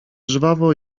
żwawo